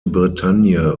bretagne